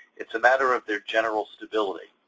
it's a matter of their general stability.